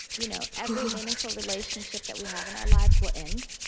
you know every meaningful relationship that we have in our lives will end.